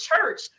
church